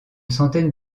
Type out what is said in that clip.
centaine